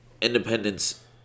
independence